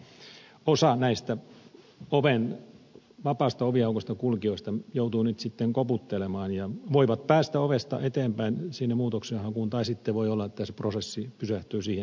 osa näistä vapaasta oviaukosta kulkijoista joutuu nyt sitten koputtelemaan ja voi päästä ovesta eteenpäin sinne muutoksenhakuun tai sitten voi olla että prosessi pysähtyy siihen